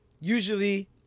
usually